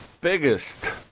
biggest